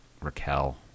Raquel